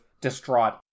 distraught